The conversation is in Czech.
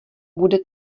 bude